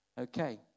Okay